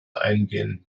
eingehen